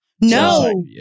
No